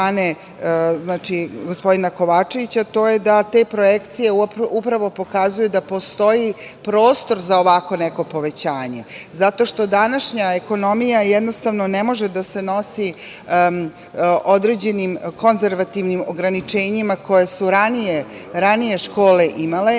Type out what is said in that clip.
strane gospodina Kovačevića to je da te projekcije upravo pokazuju da postoji prostor za ovako neko povećanje, zato što današnja ekonomija ne može da se nosi određenim konzervativnim ograničenjima koja su ranije škole imale